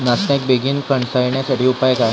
नाचण्याक बेगीन कणसा येण्यासाठी उपाय काय?